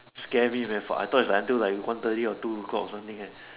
scare me man for I thought it was like until like one thirty or two o-clock or something eh